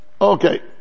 okay